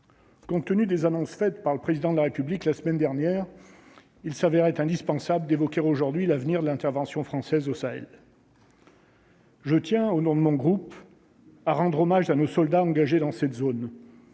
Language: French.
Compte tenu des annonces faites par le président de la République la semaine dernière il s'avérait indispensable d'évoquer aujourd'hui l'avenir de l'intervention française au Sahel. Je tiens au nom de mon groupe à rendre hommage à nos soldats engagés dans cette zone